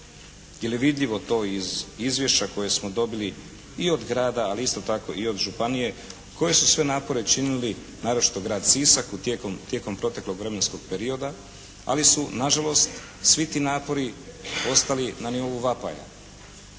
jer je vidljivo to iz izvješća koje smo dobili i od grada, ali isto tako i od županije koje su sve napore činili naročito Grad Sisak tijekom proteklog vremenskog perioda. Ali su na žalost svi ti napori ostali na nivou vapaja.